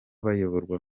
bayoborwa